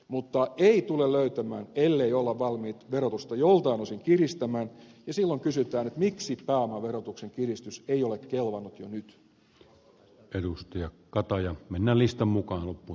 mutta ei tule löytämään ellei olla valmiit verotusta joltain osin kiristämään ja silloin kysytään miksi pääomaverotuksen kiristys ei ole kelvannut jo nyt